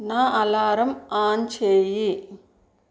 నా alarm on చేయి